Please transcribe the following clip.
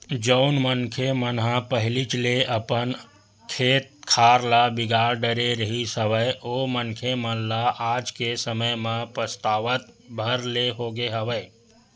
जउन मनखे मन ह पहिलीच ले अपन खेत खार ल बिगाड़ डरे रिहिस हवय ओ मनखे मन ल आज के समे म पछतावत भर ले होगे हवय